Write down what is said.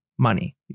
money